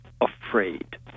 afraid